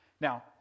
Now